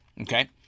okay